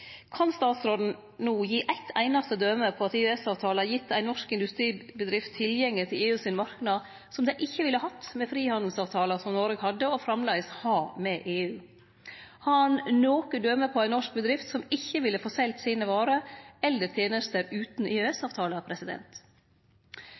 Kan statsråden no gi eitt einaste døme på at EØS-avtalen har gitt ei norsk industribedrift tilgjenge til EUs marknad som bedrifta ikkje ville hatt med frihandelsavtalen som Noreg hadde – og framleis har – med EU? Har han noko døme på ei norsk bedrift som ikkje ville fått selt sine varer eller tenester utan